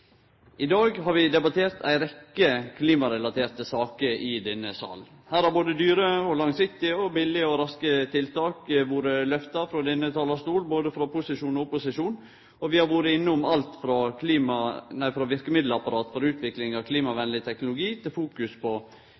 I dag har vi debattert ei rekkje klimarelaterte saker i denne salen. Her har både dyre og langsiktige, billege og raske tiltak blitt lyfta frå denne talarstolen, både frå opposisjonen og posisjonen. Vi har vore innom alt frå verkemiddelapparat for utvikling av klimavenleg teknologi til fokus på